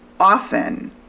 Often